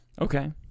Okay